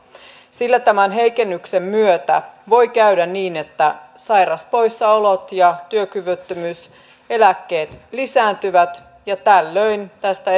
sillä tämän heikennyksen myötä voi käydä niin että sairauspoissaolot ja työkyvyttömyyseläkkeet lisääntyvät ja tällöin tästä